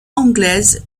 anglaise